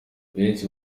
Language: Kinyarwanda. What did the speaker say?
benshi